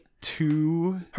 two